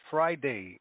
Friday